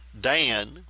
Dan